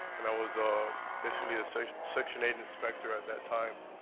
and i was ah basically a so section eight inspector at that time.